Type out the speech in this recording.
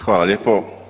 Hvala lijepo.